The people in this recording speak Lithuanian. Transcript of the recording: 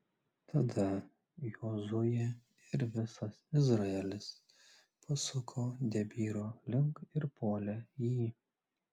tada jozuė ir visas izraelis pasuko debyro link ir puolė jį